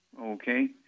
Okay